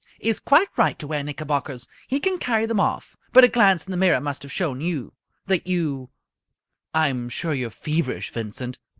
is quite right to wear knickerbockers. he can carry them off. but a glance in the mirror must have shown you that you i'm sure you're feverish, vincent,